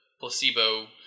placebo